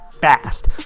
fast